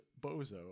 Bozo